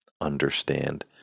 understand